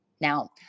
Now